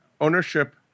ownership